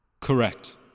Correct